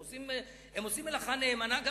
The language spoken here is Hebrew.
הם עושים מלאכה נאמנה,